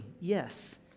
Yes